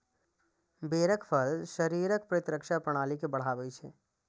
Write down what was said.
बेरक फल शरीरक प्रतिरक्षा प्रणाली के बढ़ाबै छै